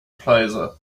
plaza